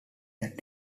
that